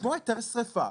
כמו היתר שריפה,